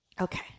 Okay